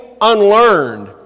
unlearned